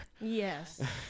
Yes